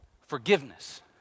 forgiveness